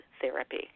therapy